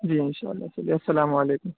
جی ان شاء اللہ چلیے السلام علیکم